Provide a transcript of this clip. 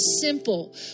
simple